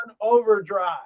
overdrive